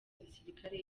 gisirikare